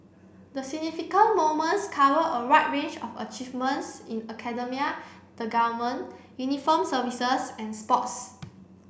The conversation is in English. the significant moments cover a wide range of achievements in academia the government uniformed services and sports